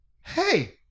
Hey